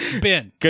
Ben